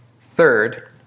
third